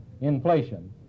inflation